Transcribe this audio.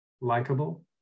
likable